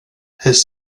his